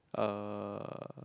uh